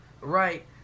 right